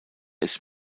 ist